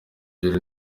jolly